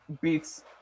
beats